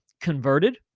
converted